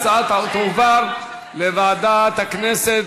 ההצעה תועבר לוועדת הכנסת,